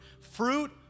Fruit